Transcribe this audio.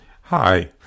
Hi